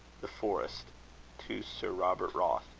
the forest to sir robert wroth.